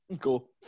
Cool